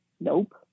Nope